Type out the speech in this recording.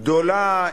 גדולה,